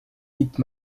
dite